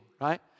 Right